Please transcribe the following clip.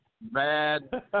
Bad